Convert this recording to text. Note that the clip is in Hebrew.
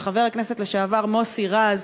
של חבר הכנסת לשעבר מוסי רז,